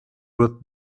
with